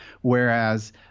Whereas